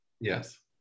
yes